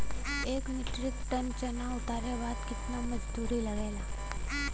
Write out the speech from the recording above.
एक metric ton चना उतारे बदे कितना मजदूरी लगे ला?